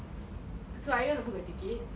one by one is it so like